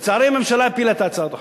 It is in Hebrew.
לצערי, הממשלה הפילה את הצעת החוק.